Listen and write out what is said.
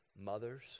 mothers